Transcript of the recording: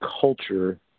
culture